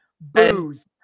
booze